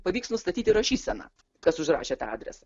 pavyks nustatyti rašyseną kas užrašė tą adresą